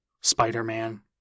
Spider-Man